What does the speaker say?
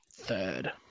third